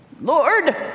Lord